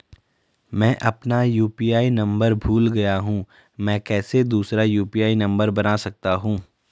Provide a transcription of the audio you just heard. मैं अपना UPI number भूल गया हूँ मैं कैसे दूसरा यु.पी.आई नम्बर बना सकता हूँ?